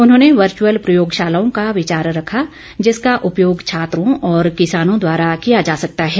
उन्होंने वर्चुअल प्रयोगशालाओं का विचार रखा जिसका उपयोग छात्रों और किसानों द्वारा किया जा सकता है